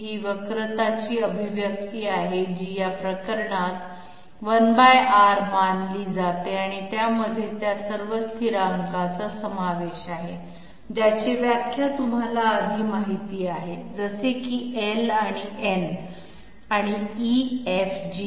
ही वक्रताची अभिव्यक्ती आहे जी या प्रकरणात 1R मानली जाते आणि त्यामध्ये त्या सर्व स्थिरांकांचा समावेश आहे ज्याची व्याख्या तुम्हाला आधी माहीत आहे जसे की L आणि N आणि E F G